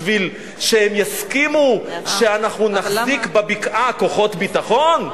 בשביל שהם יסכימו שאנחנו נחזיק בבקעה כוחות ביטחון?